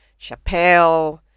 Chappelle